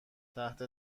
تحت